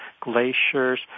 glaciers